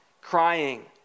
crying